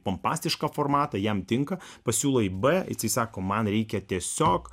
pompastišką formatą jam tinka pasiūlai b jisai sako man reikia tiesiog